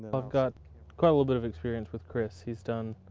i've got quite a little bit of experience with chris. he's done